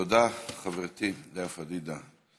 תודה, חברתי לאה פדידה.